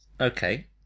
Okay